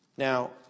Now